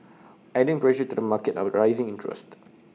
adding pressure to the market are rising interest